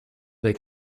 they